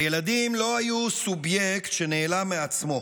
הילדים לא היו סובייקט שנעלם מעצמו,